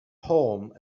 home